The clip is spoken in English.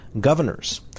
governors